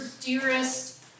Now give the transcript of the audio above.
dearest